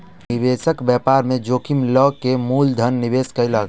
निवेशक व्यापार में जोखिम लअ के मूल धन निवेश कयलक